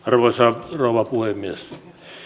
arvoisa rouva puhemies